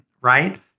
right